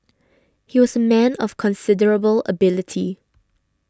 he was a man of considerable ability